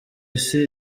isi